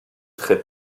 très